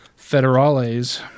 federales